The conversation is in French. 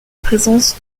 présence